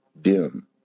dim